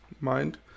mind